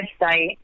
website